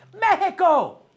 Mexico